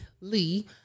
Lee